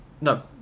No